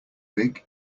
big